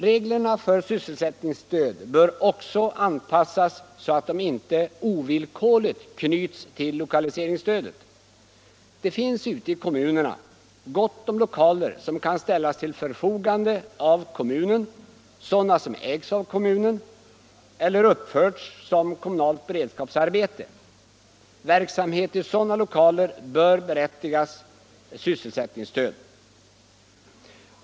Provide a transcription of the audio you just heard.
Reglerna för sysselsättningsstöd bör också anpassas så att de inte ovillkorligen knyts till lokaliseringsödet. Det finns ute i kommunerna gott om lokaler som kan ställas till förfogande av kommunerna, sådana som ägs av kommunen eller uppförts som kommunalt beredskapsarbete. Verksamhet i sådana lokaler bör berättiga till sysselsättningsstöd.